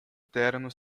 terno